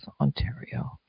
Ontario